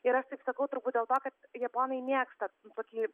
ir aš taip sakau turbūt dėl to kad japonai mėgsta tokį